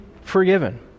forgiven